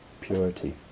purity